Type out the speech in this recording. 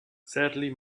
sadly